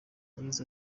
yagize